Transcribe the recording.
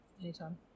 Anytime